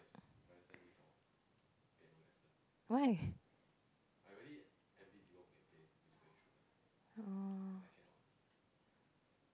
why oh